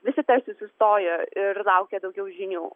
visi tarsi sustojo ir laukė daugiau žinių